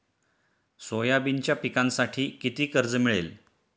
सोयाबीनच्या पिकांसाठी किती कर्ज मिळेल?